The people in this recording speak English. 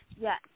yes